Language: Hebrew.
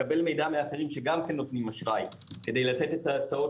מאחרים שגם נותנים אשראי כדי לתת את ההצעות